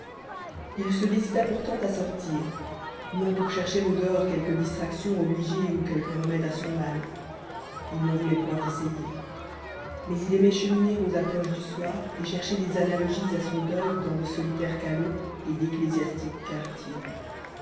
il se décida pourtant à sortir non pour chercher au dehors quelque distraction obligée ou quelque remède à son mal il n'en voulait point essayer mais il aimait cheminer aux approches du soir et chercher des analogies à son deuil dans de solitaires canaux et d'ecclésiastiques quartiers